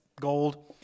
gold